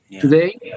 today